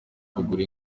kugura